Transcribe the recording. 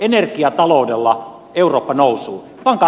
energiataloudella eurooppa nousuun